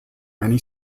many